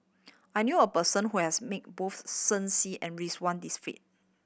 I knew a person who has meet both Shen Xi and Ridzwan Dzafir